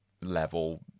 level